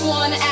one